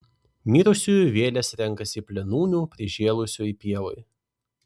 mirusiųjų vėlės renkasi plėnūnių prižėlusioj pievoj